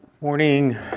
Morning